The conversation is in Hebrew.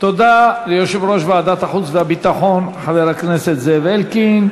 תודה ליושב-ראש ועדת החוץ והביטחון חבר הכנסת זאב אלקין.